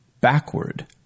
backward